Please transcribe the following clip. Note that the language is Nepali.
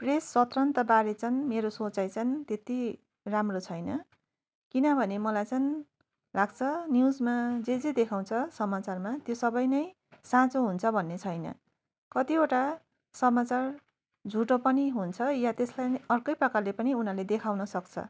प्रेस स्वतन्त्रबारे चाहिँ मेरो सोचाइ चाहिँ त्यति राम्रो छैन किनभने मलाई चाहिँ लाग्छ न्युजमा जे जे देखाउँछ समचारमा त्यो सबै नै साँचो हुन्छ भन्ने छैन कतिवटा समाचार झुटो पनि हुन्छ या त्यसलाई नै अर्कै प्रकारले पनि उनीहरूले देखाउन सक्छ